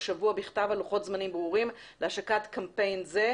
שבוע בכתב על לוחות זמנים ברורים להשקת קמפיין זה,